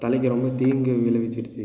தலைக்கு ரொம்ப தீங்கு விளைவிச்சுடுச்சு